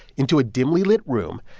into a dimly lit room.